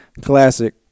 classic